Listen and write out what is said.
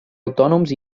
autònoms